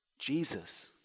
Jesus